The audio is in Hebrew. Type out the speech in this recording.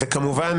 וכמובן,